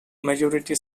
majority